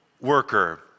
Worker